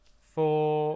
Four